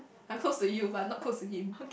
I close to you but not close to him